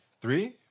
Three